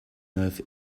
neuf